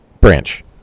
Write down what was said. Branch